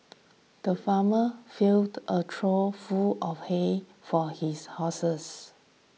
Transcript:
the farmer filled a trough full of hay for his horses